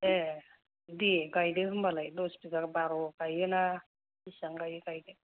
ए दे गायदो होमबालाय दस बिगा बार' गायो ना बिसिबां गायो गायदो